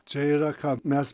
čia yra ką mes